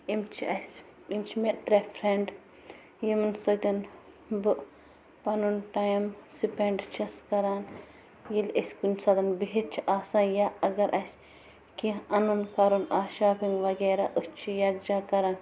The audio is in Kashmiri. أمۍ چھِ اَسہِ یِم چھِ مےٚ ترٛےٚ فرٮ۪نٛڈٕ یِمن سۭتٮ۪ن بہٕ پنُن ٹایم سِپٮ۪نڈ چھَس کَران ییٚلہِ أسۍ کُنہِ ساتن بِہتھ چھِ آسان یا اگر اَسہِ کیٚنٛہہ اَنُن کَرُن آسہِ شاپِنگ وغیرہ أسۍ چھِ یکجا کَران